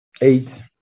eight